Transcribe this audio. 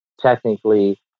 technically